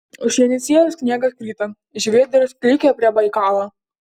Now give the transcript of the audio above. už jenisiejaus sniegas krito žuvėdros klykė prie baikalo